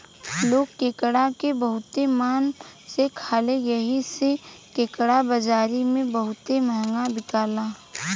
लोग केकड़ा के बहुते मन से खाले एही से केकड़ा बाजारी में बहुते महंगा बिकाला